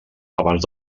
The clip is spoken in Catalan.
abans